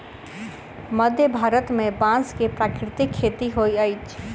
मध्य भारत में बांस के प्राकृतिक खेती होइत अछि